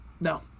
No